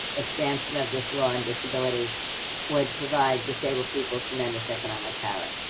expansion of this law on disabilities would provide disabled people tremendous economic power.